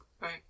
Right